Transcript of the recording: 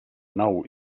nou